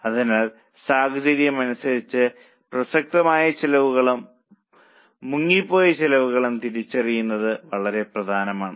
അതിനാൽ സാഹചര്യമനുസരിച്ച് പ്രസക്തമായ ചെലവുകളും മുങ്ങിപ്പോയ ചെലവുകളും തിരിച്ചറിയുന്നത് വളരെ പ്രധാനമാണ്